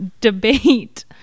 debate